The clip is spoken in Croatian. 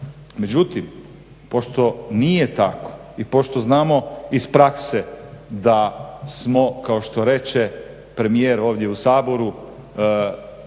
Međutim, pošto nije tak i pošto znamo iz prakse da smo kao što reče premijer ovdje u Saboru,